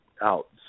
out